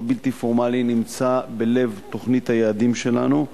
הבלתי פורמלי נמצא בלב תוכנית היעדים שלנו.